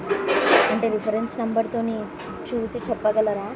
అంటే రిఫరెన్స్ నెంబర్తో చూసి చెప్పగలరా